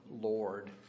Lord